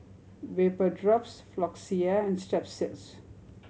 Vapodrops Floxia and Strepsils